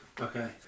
Okay